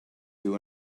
you